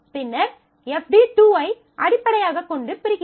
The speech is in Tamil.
பின்னர் FD2 ஐ அடிப்படையாகக் கொண்டு பிரிக்கிறோம்